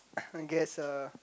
I guess uh